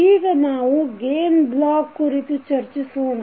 ಈಗ ನಾವು gain block ಕುರಿತು ಚರ್ಚಿಸೋಣ